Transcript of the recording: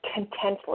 contently